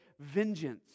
vengeance